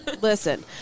Listen